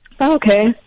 Okay